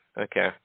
Okay